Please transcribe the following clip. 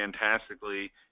fantastically